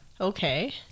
okay